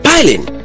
Piling